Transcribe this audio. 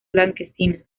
blanquecina